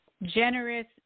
Generous